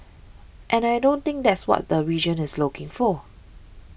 and I don't think that's what the region is looking for